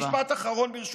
משפט אחרון, ברשותך.